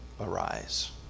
arise